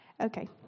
Okay